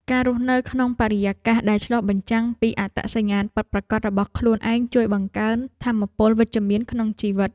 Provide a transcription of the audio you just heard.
ការរស់នៅក្នុងបរិយាកាសដែលឆ្លុះបញ្ចាំងពីអត្តសញ្ញាណពិតប្រាកដរបស់ខ្លួនឯងជួយបង្កើនថាមពលវិជ្ជមានក្នុងជីវិត។